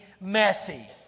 messy